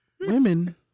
Women